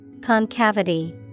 concavity